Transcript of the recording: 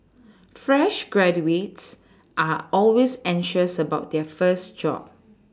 fresh graduates are always anxious about their first job